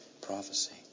prophecy